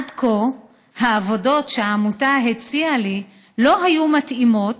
עד כה העבודות שהעמותה הציעה לי לא היו מתאימות,